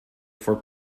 for